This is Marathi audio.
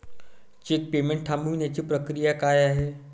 चेक पेमेंट थांबवण्याची प्रक्रिया काय आहे?